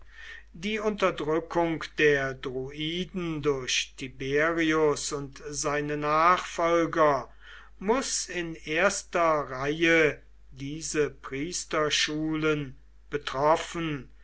die unterdrückung der druiden durch tiberius und seine nachfolger muß in erster reihe diese priesterschulen